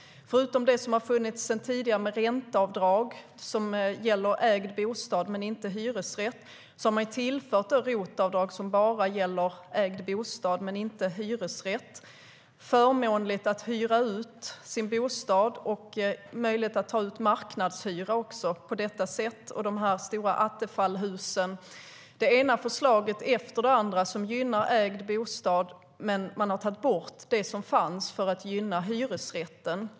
Förutom det som har funnits sedan tidigare i form av ränteavdrag som gäller ägd bostad men inte hyresrätt har man infört ROT-avdrag som gäller ägd bostad men inte hyresrätt, gjort det förmånligt att hyra ut sin bostad och möjligt att ta ut marknadshyra på detta sätt samt infört de stora Attefallshusen. Man har genomfört det ena förslaget efter det andra som gynnar ägd bostad, men man har tagit bort det som fanns för att gynna hyresrätt.